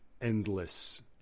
endless